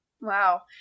Wow